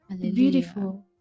Beautiful